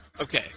Okay